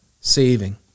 saving